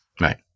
right